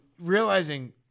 realizing